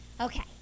Okay